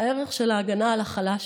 הערך של ההגנה על החלש.